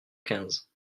quinze